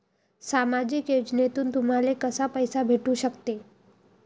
सामाजिक योजनेतून तुम्हाले कसा पैसा भेटू सकते?